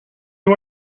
you